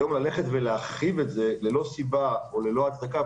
ללכת להרחיב את זה היום ללא סיבה או ללא הצדקה,